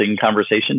conversation